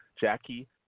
Jackie